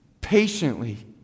patiently